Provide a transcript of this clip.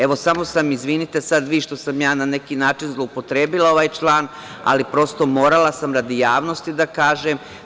Evo, samo sam, izvinite sad vi što sam ja, na neki način, zloupotrebila ovaj član, ali prosto morala sam radi javnosti da kažem.